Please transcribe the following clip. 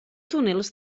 túnels